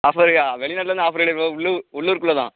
ஆஃபர்ரா வெளிநாட்லேருந்து ஆஃபர் கிடைக்காது ப்ரோ உள்ளூர் உள்ளூர் குள்ள தான்